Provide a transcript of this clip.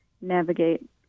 navigate